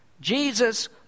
Jesus